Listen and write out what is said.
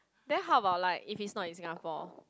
then how about like if it's not in Singapore